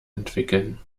entwickeln